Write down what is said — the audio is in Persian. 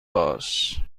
باش